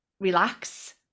relax